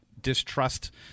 distrust